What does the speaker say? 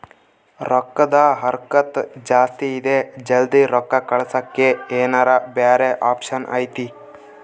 ರೊಕ್ಕದ ಹರಕತ್ತ ಜಾಸ್ತಿ ಇದೆ ಜಲ್ದಿ ರೊಕ್ಕ ಕಳಸಕ್ಕೆ ಏನಾರ ಬ್ಯಾರೆ ಆಪ್ಷನ್ ಐತಿ?